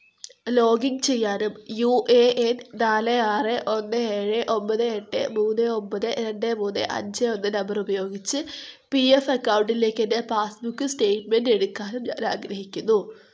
login ചെയ്യാനും U A N നാല് ആറ് ഒന്ന് ഏഴ് ഒൻപത് എട്ട് മൂന്ന് ഒൻപത് രണ്ട് മൂന്ന് അഞ്ച് ഒന്ന് നമ്പർ ഉപയോഗിച്ച് പി എഫ് അക്കൗണ്ടിലേക്ക് എൻ്റെ പാസ് ബുക്ക് സ്റ്റേറ്റ്മെൻറ് എടുക്കാനും ഞാൻ ആഗ്രഹിക്കുന്നു